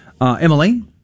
Emily